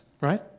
right